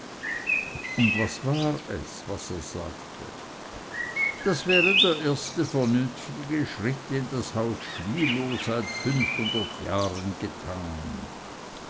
und was war es das er sagte das wäre der erste vernünftige schritt den das haus schwilow seit fünfhundert jahren getan